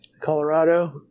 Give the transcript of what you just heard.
Colorado